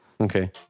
Okay